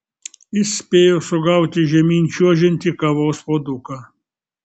jis spėjo sugauti žemyn čiuožiantį kavos puoduką